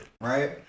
Right